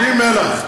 בלי מלח.